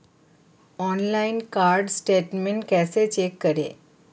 Online card statement कैसे check करें?